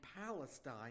Palestine